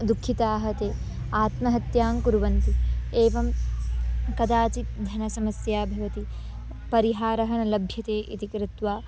दुःखिताः ते आत्महत्यान् कुर्वन्ति एवं कदाचित् धनसमस्या भवति परिहारः न लभ्यते इति कृत्वा